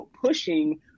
pushing